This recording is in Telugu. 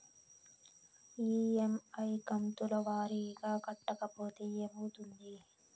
ఇ.ఎమ్.ఐ కంతుల వారీగా కట్టకపోతే ఏమవుతుంది?